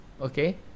okay